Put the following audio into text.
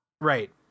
right